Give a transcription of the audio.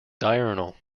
diurnal